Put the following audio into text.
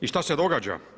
I što se događa?